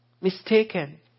mistaken